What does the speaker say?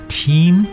team